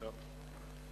כן,